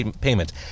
payment